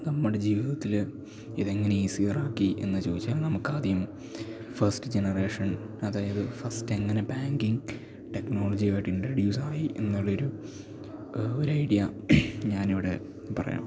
നമ്മുടെ ജീവിതത്തിൽ ഇത് എങ്ങനെ ഈസിയറാക്കി എന്ന് ചോദിച്ചാൽ നമുക്ക് ആദ്യം ഫസ്റ്റ് ജെനറേഷൻ അതായത് ഫസ്റ്റ് എങ്ങനെ ബാങ്കിങ് ടെക്നൊളജിയുമായിട്ട് ഇൻട്രൊഡ്യൂസ് ആയി എന്നുള്ള ഒരു ഒരു ഐഡിയ ഞാൻ ഇവിടെ പറയാം